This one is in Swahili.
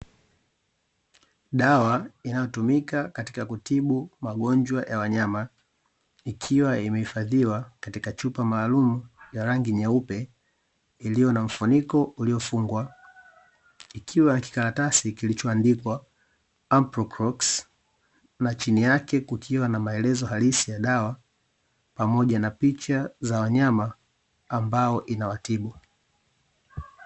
Dawa inayotumika katika kutibu magonjwa ya wanyama, ikiwa imehifadhiwa katika chupa maalumu ya rangi nyeupe, iliyo na mfuniko uliofungwa; ikiwa na kikaratasi kilicho andikwa amprocox na chini yake kukiwa na maelezo halisi ya dawa pamoja na picha za wanyama ambao inaowatibu.